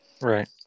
Right